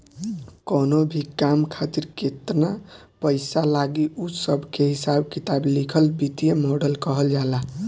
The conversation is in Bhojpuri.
कवनो भी काम खातिर केतन पईसा लागी उ सब के हिसाब किताब लिखल वित्तीय मॉडल कहल जाला